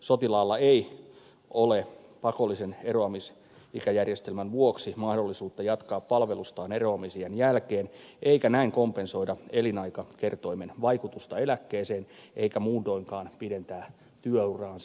sotilaalla ei ole pakollisen eroamisikäjärjestelmän vuoksi mahdollisuutta jatkaa palvelustaan eroamisiän jälkeen eikä näin kompensoida elinaikakertoimen vaikutusta eläkkeeseen eikä muutoinkaan pidentää työuraansa